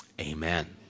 Amen